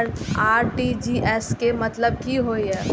RTGS के मतलब की होय ये?